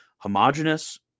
Homogeneous